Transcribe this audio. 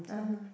(uh huh)